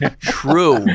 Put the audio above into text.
True